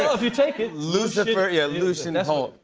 ah if you take it. lucifer. yeah, lucien hold.